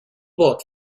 bought